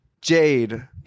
Jade